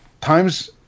time's